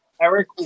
Eric